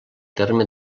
terme